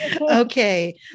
Okay